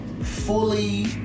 fully